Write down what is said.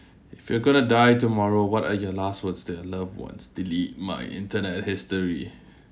if you are going to die tomorrow what are your last words to your loved ones delete my internet history